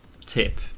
tip